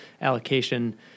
allocation